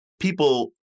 People